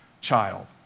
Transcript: child